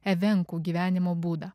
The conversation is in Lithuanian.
evenkų gyvenimo būdą